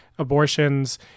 Abortions